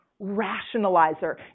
rationalizer